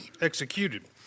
executed